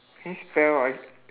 can you spell like